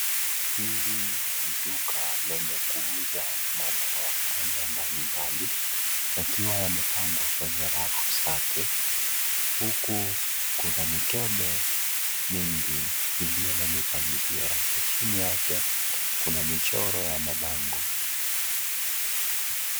Hili ni duka lenye kuuza madawa aina mbalimbali yakiwa yamepangwa kwenye rafu zake huku kuna mikembe mingi iliyo na mipangilio yake. Chini yake kuna michoro ya mabango.